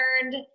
learned